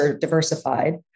diversified